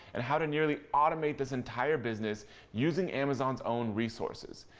and how to nearly automate this entire business using amazon's own resources.